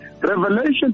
Revelation